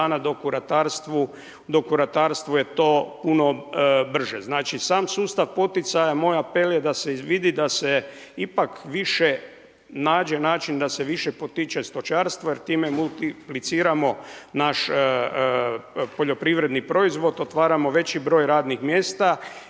dok u ratarstvu je to puno brže. Znači sam sustav poticaja moj apel je da se izvidi da se ipak više nađe način da se više potiče stočarstvo jer time multipliciramo naš poljoprivredni proizvod, otvaramo veći broj radnih mjesta